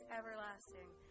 everlasting